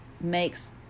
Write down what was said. makes